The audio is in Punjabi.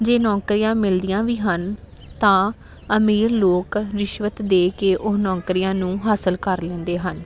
ਜੇ ਨੌਕਰੀਆਂ ਮਿਲਦੀਆਂ ਵੀ ਹਨ ਤਾਂ ਅਮੀਰ ਲੋਕ ਰਿਸ਼ਵਤ ਦੇ ਕੇ ਉਹ ਨੌਕਰੀਆਂ ਨੂੰ ਹਾਸਲ ਕਰ ਲੈਂਦੇ ਹਨ